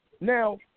Now